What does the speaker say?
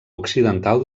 occidental